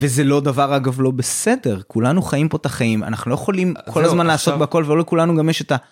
וזה לא דבר אגב לא בסדר כולנו חיים פה את החיים אנחנו לא יכולים כל הזמן לעשות בכל ולא כולנו גם יש את ה.